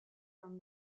from